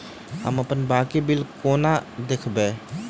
हम अप्पन बाकी बिल कोना देखबै?